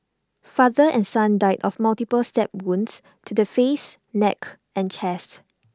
father and son died of multiple stab wounds to the face neck and chest